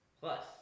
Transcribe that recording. Plus